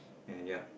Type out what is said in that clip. and ya